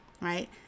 right